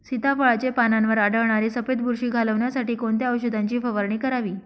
सीताफळाचे पानांवर आढळणारी सफेद बुरशी घालवण्यासाठी कोणत्या औषधांची फवारणी करावी?